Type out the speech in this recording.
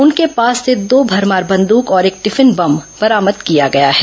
उनके पास से दो भरमार बंदूक और एक टिफिन बम बरामद किया गया है